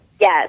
Yes